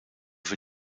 für